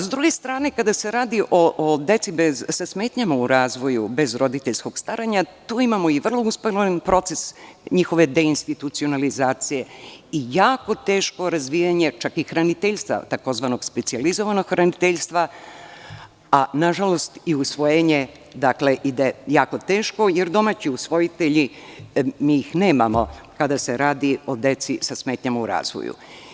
S druge strane, kada se radi o deci sa smetnjama u razvoju bez roditeljskog staranja, tu imamo vrlo usporen proces njihove deinstitucionalizacije i jako teško razvijanje čak i hraniteljstva, takozvanog specijalizovanog hraniteljstva, a nažalost i usvojenje ide jako teško, jer nemamo domaće usvojitelje kada se radi o deci sa smetnjama u razvoju.